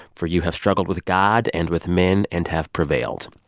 for you have struggled with god and with men and have prevailed